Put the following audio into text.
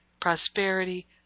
prosperity